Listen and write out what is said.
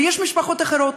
ויש משפחות אחרות,